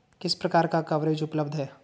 किस प्रकार का कवरेज उपलब्ध है?